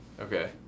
okay